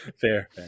fair